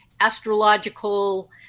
astrological